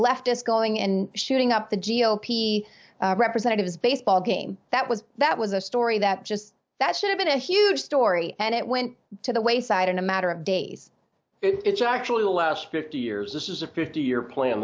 leftist going and shooting up the g o p representatives baseball game that was that was a story that just that should have been a huge story and it went to the wayside in a matter of days it's actually the last fifty years this is a fifty year pla